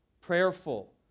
Prayerful